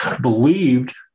believed